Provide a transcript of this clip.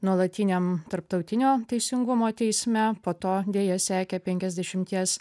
nuolatiniam tarptautinio teisingumo teisme po to deja sekė penkiasdešimties